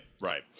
right